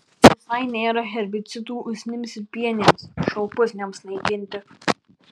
visai nėra herbicidų usnims ir pienėms šalpusniams naikinti